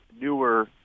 newer